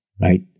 right